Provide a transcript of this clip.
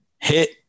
hit